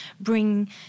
bring